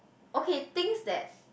okay things that